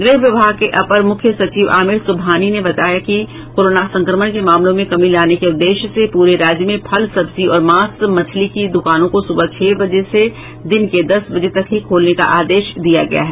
गृह विभाग के अपर मुख्य सचिव आमिर सुबहानी ने बताया कि कोरोना संक्रमण के मामलों में कमी लाने के उद्देश्य से पूरे राज्य में फल सब्जी और मांस मछली की दुकानों को सुबह छह से दिन के दस बजे तक ही खोलने का आदेश दिया गया है